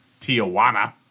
Tijuana